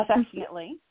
affectionately